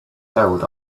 held